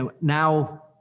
now